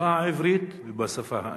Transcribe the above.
בשפה העברית ובשפה האנגלית.